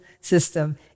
system